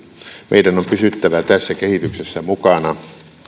meidän on pysyttävä tässä kehityksessä mukana